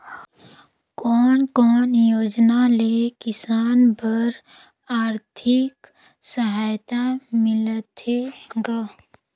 कोन कोन योजना ले किसान बर आरथिक सहायता मिलथे ग?